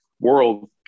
world